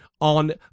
on